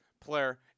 player